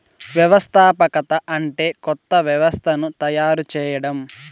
వ్యవస్థాపకత అంటే కొత్త వ్యవస్థను తయారు చేయడం